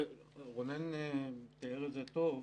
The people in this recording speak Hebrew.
רונן תיאר את זה טוב,